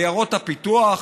ובעיירות הפיתוח,